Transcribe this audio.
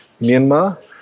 Myanmar